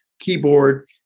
keyboard